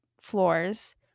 floors